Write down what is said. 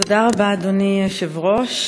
תודה רבה, אדוני היושב-ראש.